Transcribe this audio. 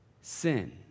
sin